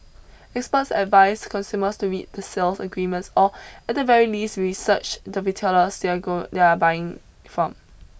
experts advise consumers to read the sales agreements or at the very least research the retailers they are go they are buying from